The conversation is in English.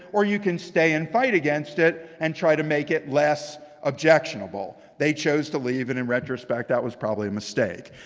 or you stay and fight against it, and try to make it less objectionable. they chose to leave. and in retrospect, that was probably a mistake.